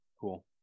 Cool